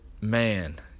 Man